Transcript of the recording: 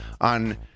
on